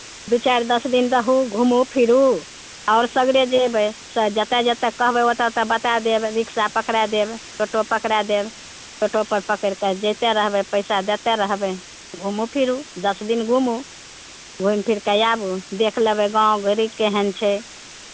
दू चारि दस दिन रहू घुमू फिरू आओर सगरे जेबै तऽ जतय जतय कहबै ओतय ओतय बता देब रिक्शा पकड़ाए देब टोटो पकड़ाए देब टोटोपर पकड़ि कऽ जेतै रहबै पैसा देतै रहबै घुमू फिरू दस दिन घुमू घुमि फिरि कऽ आबू देख लेबै गाँव घरी केहन छै